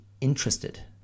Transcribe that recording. interested